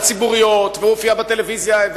הוא הופיע בטלוויזיה,